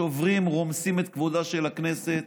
שוברים, רומסים את כבודה של הכנסת.